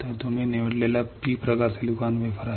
तर तुम्ही निवडलेला P प्रकार सिलिकॉन वेफर